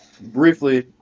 briefly